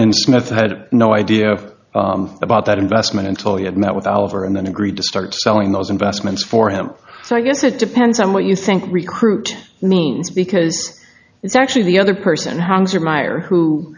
and smith had no idea about that investment until he had met with oliver and then agreed to start selling those investments for him so i guess it depends on what you think recruit means because it's actually the other person hangs your meyer who